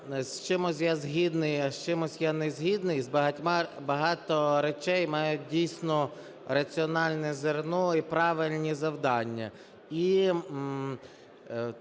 з чимось я згідний, а з чимось я не згідний. Багато речей мають, дійсно, раціональне зерно і правильні завдання,